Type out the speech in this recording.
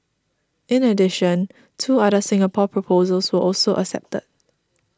in addition two other Singapore proposals were also accepted